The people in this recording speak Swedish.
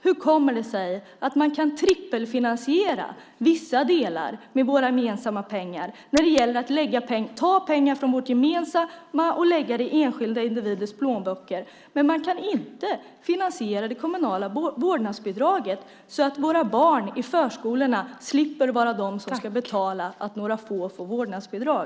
Hur kommer det sig att man kan trippelfinansiera vissa delar med våra gemensamma pengar när det gäller att ta pengar från vårt gemensamma och lägga dem i enskilda individers plånböcker, men att man inte kan finansiera det kommunala vårdnadsbidraget så att våra barn i förskolorna slipper vara de som betalar att några få får vårdnadsbidrag?